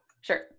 sure